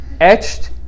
etched